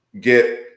get